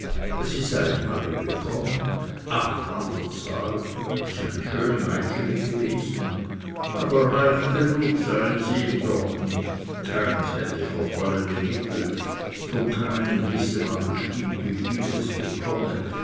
sie seien alle gekommen acht an zahl es seien schöne meitschi gewesen aber reich genug seien sie ihm doch nicht keins hätte verfallene mittel von keinem wisse man bestimmt wieviel es bekomme